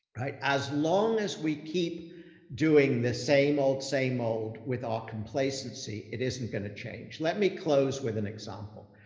right? as long as we keep doing the same old, same old with our complacency, it isn't going to change. let me close with an example.